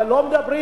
אבל לא מדברים.